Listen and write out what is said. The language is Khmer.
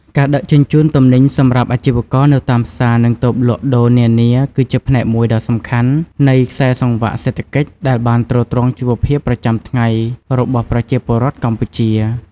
ការដឹកជញ្ជូនទំនិញសម្រាប់អាជីវករនៅតាមផ្សារ និងតូបលក់ដូរនានាគឺជាផ្នែកមួយដ៏សំខាន់នៃខ្សែសង្វាក់សេដ្ឋកិច្ចដែលបានទ្រទ្រង់ជីវភាពប្រចាំថ្ងៃរបស់ប្រជាពលរដ្ឋកម្ពុជា។